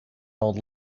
old